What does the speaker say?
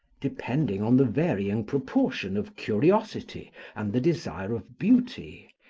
depending on the varying proportion of curiosity and the desire of beauty,